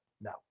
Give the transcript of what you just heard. no